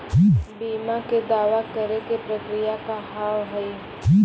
बीमा के दावा करे के प्रक्रिया का हाव हई?